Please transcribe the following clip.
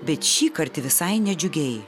bet šįkart visai nedžiugiai